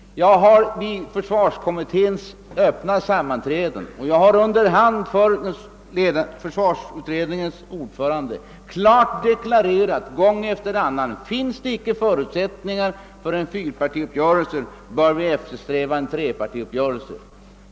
Jag har vid försvarskommitténs öppna sammanträden och under hand för försvarsutredningens ordförande klart deklarerat gång efter annan: Finns det inte förutsättningar för en fyrpartiuppgörelse bör vi eftersträva en trepartiuppgörelse.